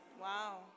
Wow